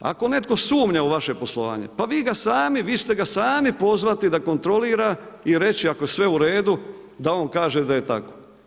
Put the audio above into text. Ako netko sumnja u vaše poslovanje, pa vi ćete ga sami pozvati da kontrolira i reći ako je sve u redu, da on kaže da je tako.